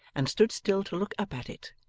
and stood still to look up at it,